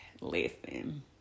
listen